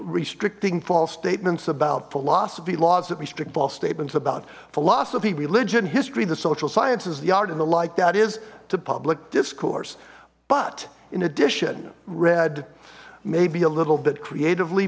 restricting false statements about philosophy laws of restrict false statements about philosophy religion history the social sciences the art and the like that is to public discourse but in addition read maybe a little bit creatively